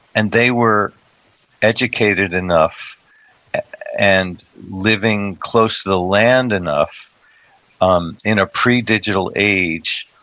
and they were educated enough and living close to the land enough um in a pre-digital age,